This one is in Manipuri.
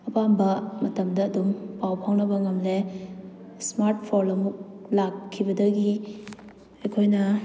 ꯑꯄꯥꯝꯕ ꯃꯇꯝꯗ ꯑꯗꯨꯝ ꯄꯥꯎ ꯐꯥꯎꯅꯕ ꯉꯝꯃꯦ ꯏꯁꯃꯥꯔꯠ ꯐꯣꯜ ꯑꯃꯨꯛ ꯂꯥꯛꯈꯤꯕꯗꯒꯤ ꯑꯩꯈꯣꯏꯅ